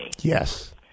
Yes